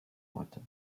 worte